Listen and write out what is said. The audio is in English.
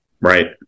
right